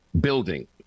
building